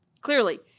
clearly